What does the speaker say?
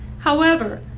however,